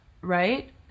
right